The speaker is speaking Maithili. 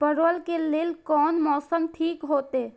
परवल के लेल कोन मौसम ठीक होते?